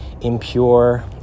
impure